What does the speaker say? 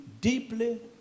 deeply